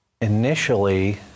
initially